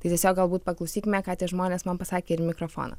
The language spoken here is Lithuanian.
tai tiesiog galbūt paklausykime ką tie žmonės man pasakė ir į mikrofoną